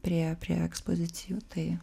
prie prie ekspozicijų tai